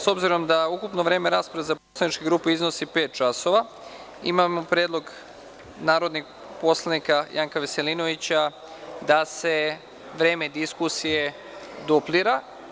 S obzirom da ukupno vreme rasprave za poslaničke grupe iznosi pet časova, imam predlog narodnog poslanika Janka Veselinović da se vreme diskusije duplira.